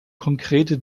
konkrete